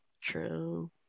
true